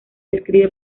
escribe